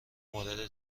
مورد